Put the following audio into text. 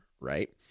right